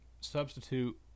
substitute